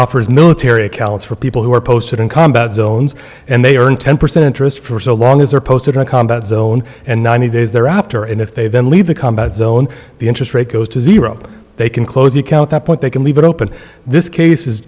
offers military accounts for people who are posted in combat zones and they earn ten percent interest for so long as they are posted in a combat zone and ninety days thereafter and if they then leave the combat zone the interest rate goes to zero they can close the account that point they can leave it open this case